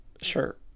sure